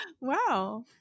Wow